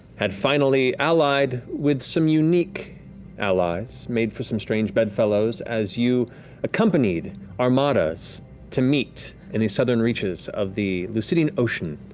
had finally, allied with some unique allies, made for some strange bedfellows, as you accompanied armadas to meet in the southern reaches of the lucidian ocean,